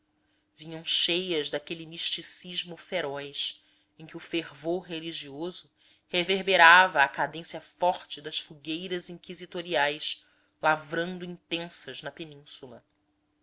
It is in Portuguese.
vinham cheias daquele misticismo feroz em que o fervor religioso reverberava à candência forte das fogueiras inquisitoriais lavrando intensas na península